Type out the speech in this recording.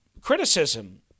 criticism